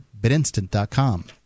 BitInstant.com